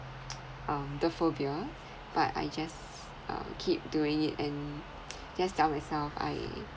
um the phobia but I just uh keep doing it and just tell myself I